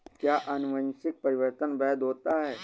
क्या अनुवंशिक परिवर्तन वैध होता है?